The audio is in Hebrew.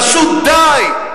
פשוט די.